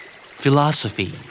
philosophy